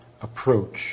approach